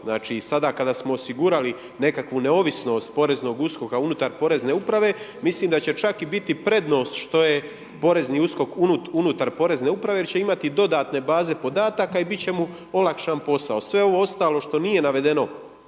znači sada kada smo osigurali nekakvu neovisnost poreznog USKOK-a unutar porezne uprave, mislim da će čak i biti prednost što je porezni USKOK unutar porezne uprave jer će imati dodatne baze podataka i bit će mu olakšan posao. Sve ovo ostalo što nije navedene